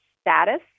status